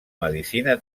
medicina